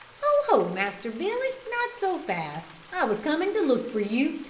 ho, ho! master billy, not so fast. i was coming to look for you,